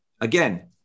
again